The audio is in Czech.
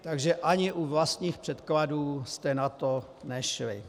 Takže ani u vlastních předkladů jste na to nešli.